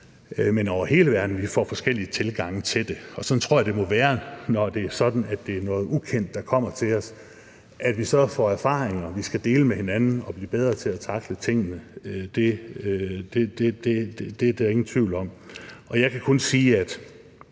men over hele verden – at vi får forskellige tilgange til det. Og sådan tror jeg det må være, når det er sådan, at der er noget ukendt, der kommer til os, at vi så får erfaringer, som vi skal dele med hinanden, så vi bliver bedre til at tackle tingene; det er der ingen tvivl om. Jeg kan kun sige, at